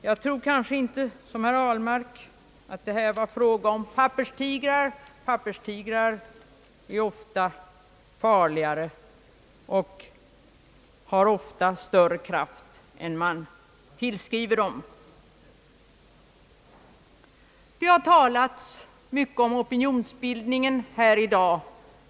Jag tror inte som herr Ahlmark att det här är fråga om papperstigrar. Sådana är ofta farligare än vad man tror. Det har talats mycket om opinionsbildningen i dag.